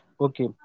Okay